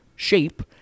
shape